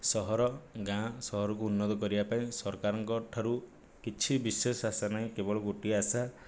ସହର ଗାଁ ସହରକୁ ଉନ୍ନତ କରିବା ପାଇଁ ସରକାରଙ୍କ ଠାରୁ କିଛି ବିଶେଷ ଆଶା ନାହିଁ କେବଳ ଗୋଟିଏ ଆଶା